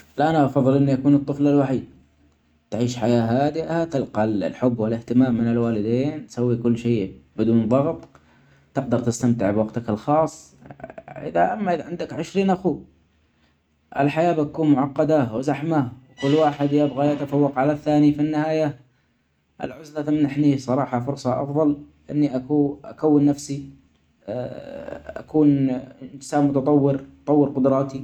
لا أنا أفظل إني أكون الطفل الوحيد. تعيش حياة هادئة ، تلقي الحب والإهتمام من الوالدين ، تسوي كل شئ بدون ظغط ، تجدر تستمتع بوقتك الخاص أما إذا عندك عشرين أخو الحياة بتكون معقدة ،وزحمة وكل يبغي يتفوق علي الثاني في النهاية. العزلة تمنح لي صراحة فرصة أفظل إني أكو-أكون نفسي، أكون إنسان متطور أطور قدراتي.